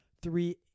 three